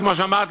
כמו שאמרתי,